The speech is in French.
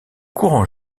courant